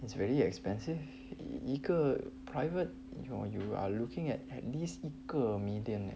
it's very expensive 一个 private you're you are looking at at least 一个 million eh